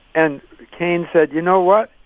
and keynes said, you know what?